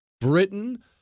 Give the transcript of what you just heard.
Britain